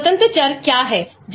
स्वतंत्र चर क्या है